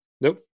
Nope